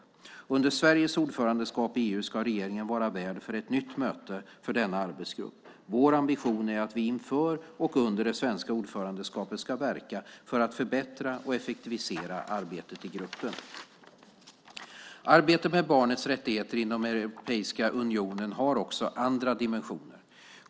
Under Sveriges ordförandeskap i EU ska regeringen vara värd för ett nytt möte för denna arbetsgrupp. Vår ambition är att vi inför och under det svenska ordförandeskapet ska verka för att förbättra och effektivisera arbetet i gruppen. Arbetet med barnets rättigheter inom Europeiska unionen har också andra dimensioner.